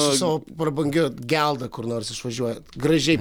su savo prabangia gelda kur nors išvažiuojat gražiai